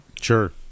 Sure